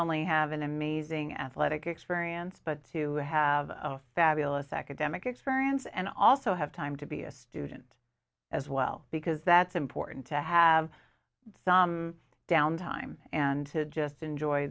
only have an amazing athletic experience but to have a fabulous academic experience and also have time to be a student as well because that's important to have some downtime and to just enjoy